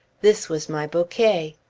this was my bouquet.